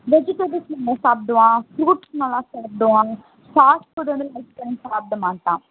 vegetables நல்லா சாப்பிடுவான் fruits நல்லா சாப்பிடுவான் ஃபாஸ்ட் ஃபுட் வந்து லைக் பண்ணி சாப்பிடமாட்டான்